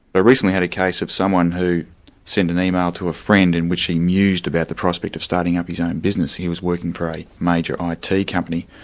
ah recently had a case of someone who sent an email to a friend in which he mused about the prospect of starting up his own business. he was working for a major um it company.